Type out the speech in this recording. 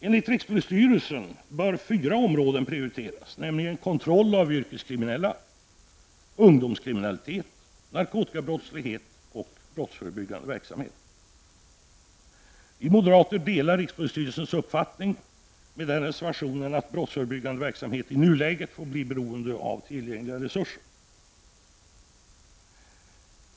Enligt rikspolisstyrelsen bör fyra områden prioriteras, Vi moderater delar rikspolisstyrelsens uppfattning med den reservationen att brottsförebyggande verksamhet i nuläget får bli beroende av tillgängliga resurser.